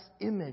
image